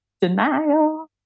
Denial